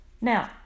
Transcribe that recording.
Now